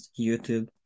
YouTube